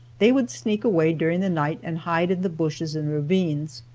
they would sneak away during the night and hide in the bushes and ravines,